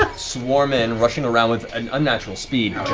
swarm in, rushing around with an unnatural speed.